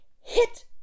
hit